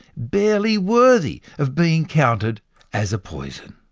barely worthy of being counted as a poison.